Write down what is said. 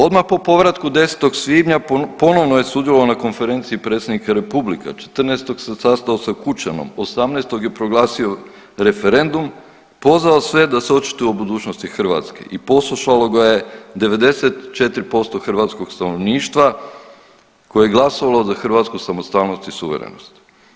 Odmah po povratku 10. svibnja ponovnoj je sudjelovao na konferenciji predsjednika republika, 14. se sastao sa Kučanom, 18. je proglasio referendum, pozvao sve da se očituju o budućnosti Hrvatske i poslušalo ga je 94% hrvatskog stanovništva koje je glasovalo za hrvatsku samostalnost i suverenost.